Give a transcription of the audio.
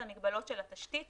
זה המגבלות של התשתית